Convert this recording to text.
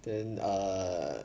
then err